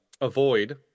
avoid